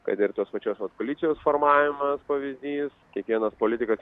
kad ir tos pačios koalicijos formavimas pavyzdys kiekvienas politikas